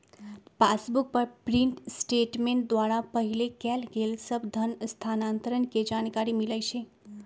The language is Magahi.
पासबुक पर प्रिंट स्टेटमेंट द्वारा पहिले कएल गेल सभ धन स्थानान्तरण के जानकारी मिलइ छइ